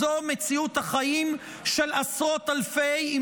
זו מציאות החיים של עשרות אלפי נשים בישראל,